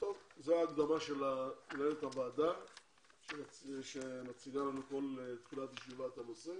זו ההקדמה של מנהלת הוועדה שמציגה לנו כל תחילת ישיבה את הנושא